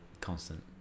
constant